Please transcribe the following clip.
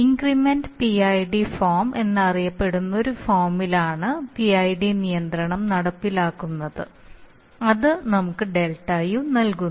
increment PID form എന്നറിയപ്പെടുന്ന ഒരു ഫോമിലാണ് പിഐഡി നിയന്ത്രണം നടപ്പിലാക്കുന്നത് അത് നമുക്ക് ΔU നൽകുന്നു